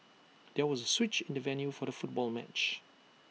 there was A switch in the venue for the football match